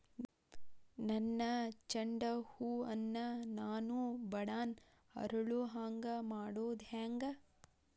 ನನ್ನ ಚಂಡ ಹೂ ಅನ್ನ ನಾನು ಬಡಾನ್ ಅರಳು ಹಾಂಗ ಮಾಡೋದು ಹ್ಯಾಂಗ್?